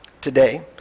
today